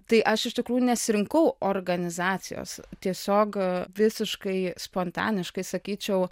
tai aš iš tikrųjų nesirinkau organizacijos tiesiog visiškai spontaniškai sakyčiau